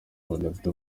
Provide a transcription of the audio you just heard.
badafite